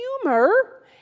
humor